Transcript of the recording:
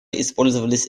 использовались